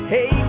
Hey